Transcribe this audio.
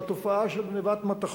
על התופעה של גנבת מתכות,